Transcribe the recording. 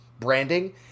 branding